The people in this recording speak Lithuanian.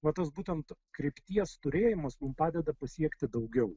va tas būtent krypties turėjimas padeda pasiekti daugiau